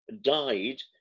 died